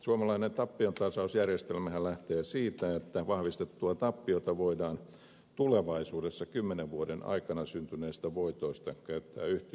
suomalainen tappiontasausjärjestelmähän lähtee siitä että vahvistettua tappiota voidaan tulevaisuudessa kymmenen vuoden aikana syntyneistä voitoista käyttää yhtiön hyväksi